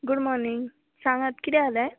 good morning सांगात किदें जालें